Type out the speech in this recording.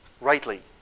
rightly